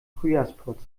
frühjahrsputz